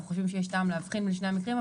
חושבים שיש טעם להבחין בין שני המקרים,